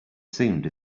seemed